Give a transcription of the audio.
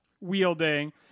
wielding